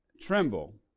Tremble